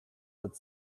but